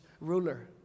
ruler